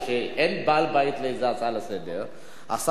כשאין בעל-בית לאיזו הצעה לסדר-היום,